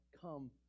come